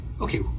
okay